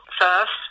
first